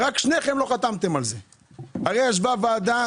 ישבה ועדה